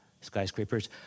skyscrapers